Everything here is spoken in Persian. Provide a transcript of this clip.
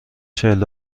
چهل